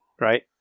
right